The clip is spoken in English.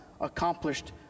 accomplished